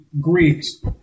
Greeks